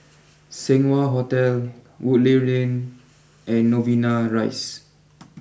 Seng Wah Hotel Woodleigh Lane and Novena Rise